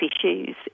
issues